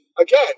again